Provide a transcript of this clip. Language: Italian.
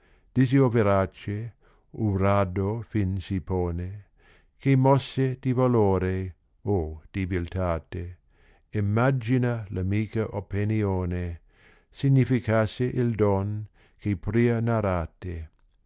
disiò verace u rado fin si pone che mosse di valore o di biltaté e mmagina p amica openione significasse il don che pria narrate